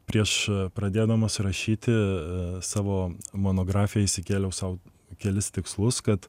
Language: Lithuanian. prieš pradėdamas rašyti savo monografiją išsikėliau sau kelis tikslus kad